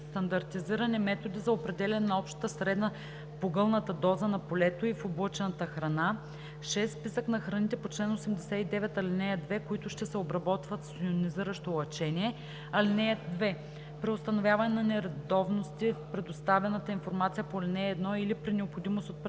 стандартизирани методи за определяне на общата средна погълната доза на полето и в облъчената храна; 6. списък на храните по чл. 89, ал. 2, които ще се обработват с йонизиращо лъчение. (2) При установяване на нередовности в предоставената информация по ал. 1 или при необходимост от представяне